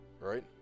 Right